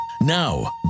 Now